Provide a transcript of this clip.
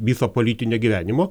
viso politinio gyvenimo